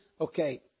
Okay